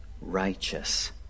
righteous